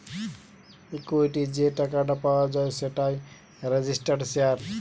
equity যে টাকাটা পাওয়া যায় সেটাই রেজিস্টার্ড শেয়ার